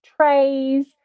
trays